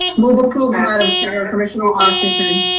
move approval, madam chair, commissioner washington.